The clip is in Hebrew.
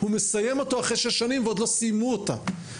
הוא מסיים את בית הספר אחרי שש שנים ועדיין לא סיימו את ההנגשה.